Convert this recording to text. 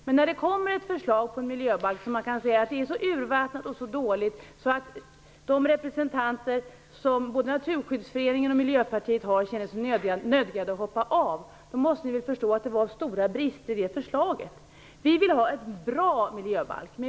Men när det kommer ett förslag till miljöbalk som är så urvattnat och så dåligt att representanter för både Naturskyddsföreningen och Miljöpartiet känner sig nödgade att hoppa av måste ni väl förstå att det var stora brister i det förslaget. Vi vill ha en bra miljöbalk.